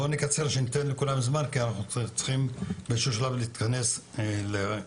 בואו נקצר כדי לתת לכולם זמן ולהתכנס לסיכום.